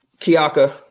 Kiaka